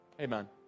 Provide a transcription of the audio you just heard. Amen